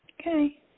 Okay